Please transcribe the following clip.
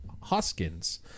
Hoskins